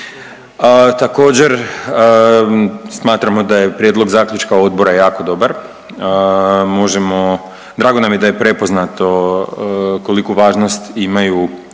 Također smatramo da je prijedlog zaključka odbora jako dobar. Možemo, drago nam je da je prepoznato koliku važnost imaju